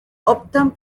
optan